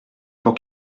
pour